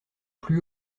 plus